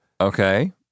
Okay